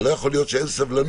לא יכול להיות שאין סבלנות.